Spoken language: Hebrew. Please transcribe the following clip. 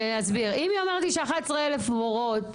היא אומרת לי ש-11,000 מורות